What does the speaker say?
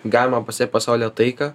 galima pasiekt pasaulyje taiką